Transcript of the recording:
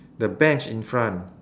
the bench in front